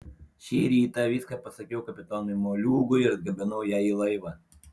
šį rytą viską pasakiau kapitonui moliūgui ir atgabenau ją į laivą